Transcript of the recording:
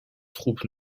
troupes